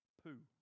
poo